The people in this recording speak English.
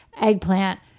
eggplant